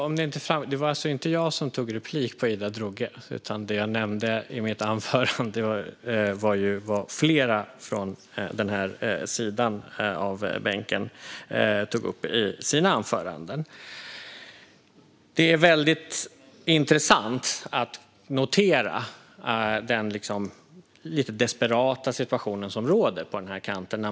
Herr talman! Det var inte jag som begärde replik på Ida Drougge, utan det jag nämnde i mitt anförande var vad flera från hennes sida av bänken tog upp i sina anföranden. Det är väldigt intressant att notera den lite desperata situation som råder på den kanten.